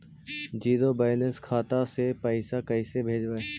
Zero balance खाता से पैसा कैसे भेजबइ?